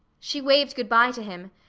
she waved good-bye to him,